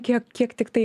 kiek kiek tiktai